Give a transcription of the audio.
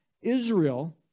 Israel